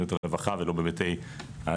מדיניות הרווחה, ולא בהיבט התעסוקה.